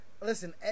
listen